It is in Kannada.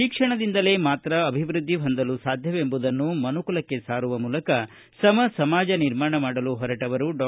ಶಿಕ್ಷಣದಿಂದಲೇ ಮಾತ್ರ ಅಭಿವೃದ್ದಿ ಹೊಂದಲು ಸಾಧ್ಯವೆಂಬುದನ್ನು ಮನುಕುಲಕ್ಕೆ ಸಾರುವ ಮೂಲಕ ಸಮ ಸಮಾಜ ನಿರ್ಮಾಣ ಮಾಡಲು ಹೊರಟವರು ಡಾ